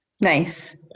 Nice